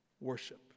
worship